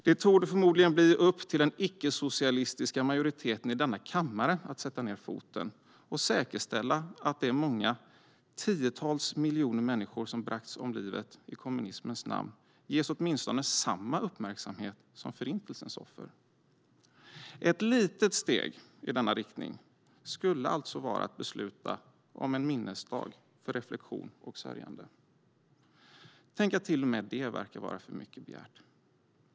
Det torde förmodligen bli upp till den icke-socialistiska majoriteten i denna kammare att sätta ned foten och säkerställa att de många tiotals miljoner människor som bragts om livet i kommunismens namn ges åtminstone samma uppmärksamhet som Förintelsens offer. Ett litet steg i denna riktning skulle alltså vara att besluta om en minnesdag för reflektion och sörjande. Men till och med det verkar vara för mycket begärt.